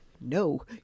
No